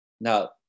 Now